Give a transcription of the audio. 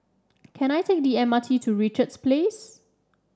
can I take the M R T to Richards Place